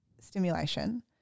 stimulation